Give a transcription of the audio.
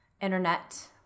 internet